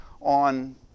on